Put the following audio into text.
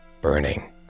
burning